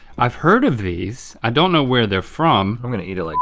i've heard of these. i don't know where they're from. i'm gonna eat it like